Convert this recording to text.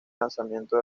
lanzamiento